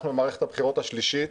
במערכת הבחירות השלישית